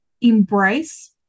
embrace